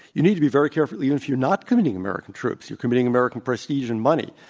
you need to be very careful even if you're not committing american troops. you're committing american prestige and money.